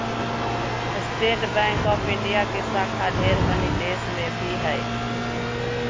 state Bank of India के शाखा ढेर मनी देश मे भी हय